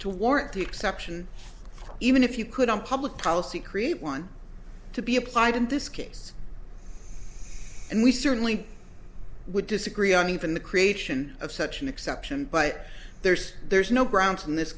to warrant the exception even if you could on public policy create one to be applied in this case and we certainly would disagree on even the creation of such an exception but there's there's no grounds in this